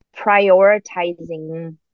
prioritizing